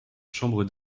chambre